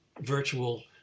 virtual